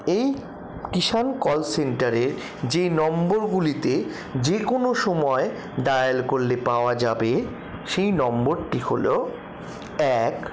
এই কিষান কল সেন্টারে যে নম্বরগুলিতে যে কোনো সময় ডায়াল করলে পাওয়া যাবে সেই নম্বরটি হল এক